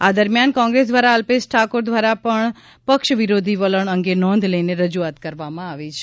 આ દરમિયાન કોંગ્રેસ દ્વારા અલ્પેશ ઠાકોર દ્વારા પક્ષ વિરોધી વલણ અંગે નોંધ લઇને રજુઆત કરવામાં આવી છે